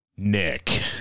nick